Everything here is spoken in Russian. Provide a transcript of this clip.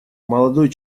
молодой